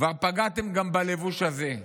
כבר פגעתם גם בלבוש הזה.